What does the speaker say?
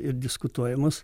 ir diskutuojamos